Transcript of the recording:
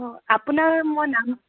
অঁ আপোনাৰ মই নাম